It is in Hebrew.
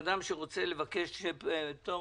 אדם שרוצה לבקש פטור